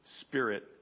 spirit